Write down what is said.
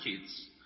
kids